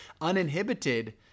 uninhibited